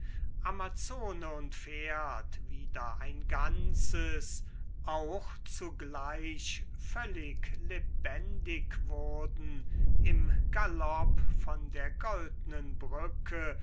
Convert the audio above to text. amazone und pferd wieder ein ganzes auch zugleich völlig lebendig wurden im galopp von der goldnen brücke